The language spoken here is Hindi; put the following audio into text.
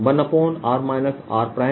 r r